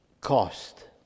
cost